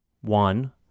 One